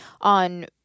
on